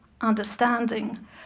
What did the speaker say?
understanding